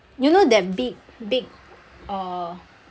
you know that big big uh